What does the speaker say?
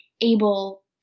able